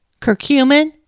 curcumin